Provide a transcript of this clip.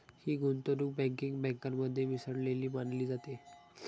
ही गुंतवणूक बँकिंग बँकेमध्ये मिसळलेली मानली जाते